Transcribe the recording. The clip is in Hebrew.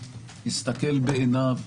יסתכל בעיניו,